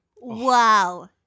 Wow